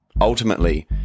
Ultimately